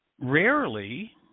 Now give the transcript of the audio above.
rarely